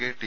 K T